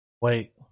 Wait